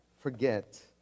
forget